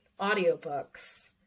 audiobooks